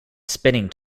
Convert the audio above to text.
spinning